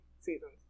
seasons